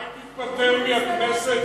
אולי תתפטר מהכנסת, ?